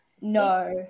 no